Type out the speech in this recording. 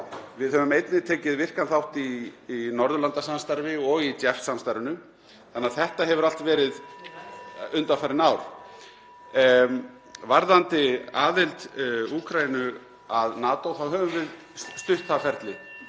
Við höfum einnig tekið virkan þátt í Norðurlandasamstarfi og í JEF-samstarfinu, þannig að þetta hefur allt verið undanfarin ár. (Forseti hringir.) Varðandi aðild Úkraínu að NATO þá höfum við stutt það ferli